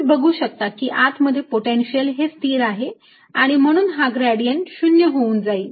तुम्ही बघू शकता की आत मध्ये पोटेन्शिअल हे स्थिर आहे आणि म्हणून हा ग्रेडियंट 0 होऊन जाईल